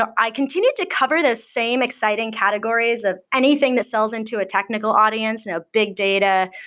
i continued to cover the same exciting categories of anything the sells into a technical audience, and big data,